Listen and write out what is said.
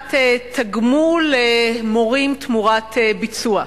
בשאלת תגמול מורים תמורת ביצוע.